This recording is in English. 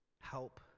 help